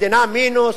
מדינה מינוס,